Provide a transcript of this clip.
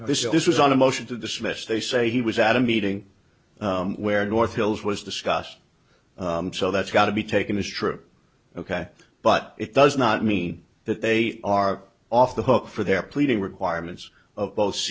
this is this was on a motion to dismiss they say he was at a meeting where north hills was discussed so that's got to be taken as true ok but it does not mean that they are off the hook for their pleading requirements of bo